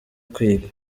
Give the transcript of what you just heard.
kwiga